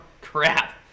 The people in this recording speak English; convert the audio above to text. Crap